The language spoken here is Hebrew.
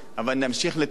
אבל נמשיך לטפל,